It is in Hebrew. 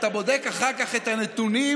אתה בודק אחר כך את הנתונים,